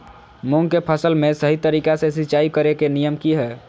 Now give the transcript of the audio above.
मूंग के फसल में सही तरीका से सिंचाई करें के नियम की हय?